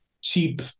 cheap